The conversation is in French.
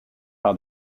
par